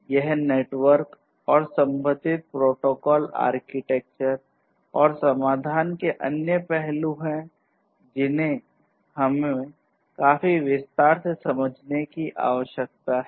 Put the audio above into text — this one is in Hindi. यह नेटवर्क और संबंधित प्रोटोकॉल आर्किटेक्चर और समाधान के अन्य पहलू हैं जिन्हें हमें काफी विस्तार से समझने की आवश्यकता है